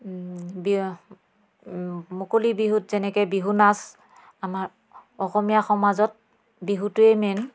বিয়া মুকলি বিহুত যেনেকৈ বিহু নাচ আমাৰ অসমীয়া সমাজত বিহুটোৱেই মেইন